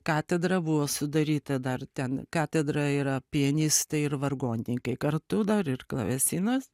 katedra buvo sudaryta dar ten katedra yra pianistai ir vargonininkai kartu dar ir klavesinas